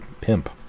Pimp